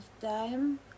time